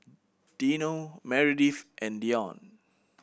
Dino Meredith and Deion